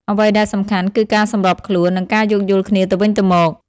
អ្វីដែលសំខាន់ គឺការសម្របខ្លួន និងការយោគយល់គ្នាទៅវិញទៅមក។